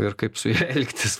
ir kaip su ja elgtis